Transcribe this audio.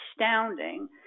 astounding